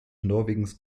norwegens